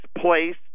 place